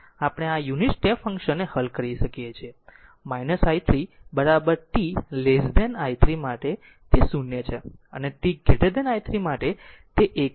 આપણે આ unit step function ને હલ કરીએ છીએ i 3 t i 3 માટે તે 0 છે અને t i 3 તે 1 અને ut નો ગુણાકાર છે